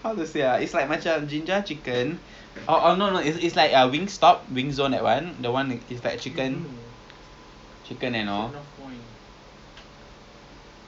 maybe that that's an option but I will still rather sedap mania ah sedap mania you when you went that time they charge in terms of the plate pricing right kalau colour hijau then this price kalau